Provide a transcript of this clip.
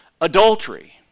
adultery